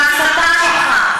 בהסתה שלך.